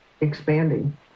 expanding